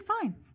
fine